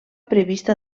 prevista